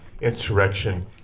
insurrection